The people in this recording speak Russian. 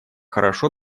хорошо